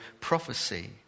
prophecy